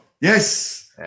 Yes